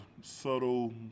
subtle